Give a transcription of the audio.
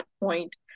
point